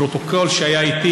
בפרוטוקול שהיה איתי,